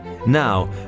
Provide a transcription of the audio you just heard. Now